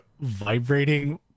vibrating